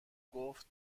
گفت